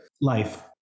life